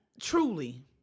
truly